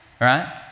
right